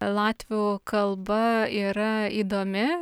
latvių kalba yra įdomi